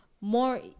more